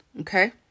Okay